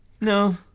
No